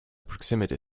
proximity